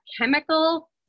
chemical